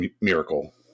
miracle